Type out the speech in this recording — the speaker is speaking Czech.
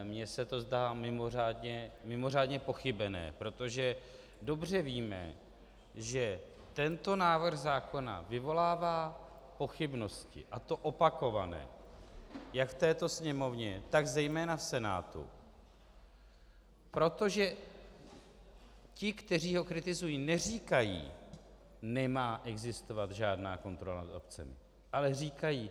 Mně se to zdá mimořádně pochybené, protože dobře víme, že tento návrh zákona vyvolává pochybnosti, a to opakované, jak v této Sněmovně, tak zejména v Senátu, protože ti, kteří ho kritizují, neříkají, že nemá existovat žádná kontrola , ale říkají: